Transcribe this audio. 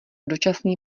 dočasný